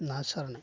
ना सारनाय